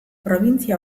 probintzia